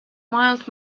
mild